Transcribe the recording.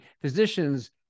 physicians